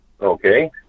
Okay